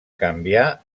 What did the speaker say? canviar